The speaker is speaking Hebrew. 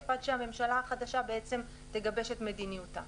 עד שהממשלה החדשה תגבש את מדיניותה.